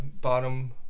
bottom